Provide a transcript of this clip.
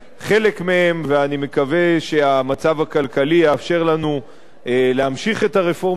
ואני מקווה שהמצב הכלכלי יאפשר לנו להמשיך את הרפורמות הכלכליות האלה.